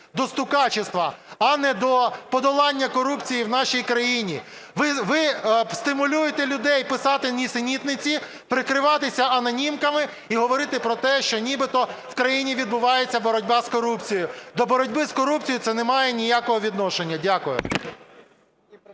до стукачества, а не до подолання корупції в нашій країні. Ви стимулюєте людей писати нісенітниці, прикриватися анонімками і говорити про те, що нібито в країні відбувається боротьба з корупцією. До боротьби з корупцією це не має ніякого відношення. Дякую.